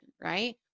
right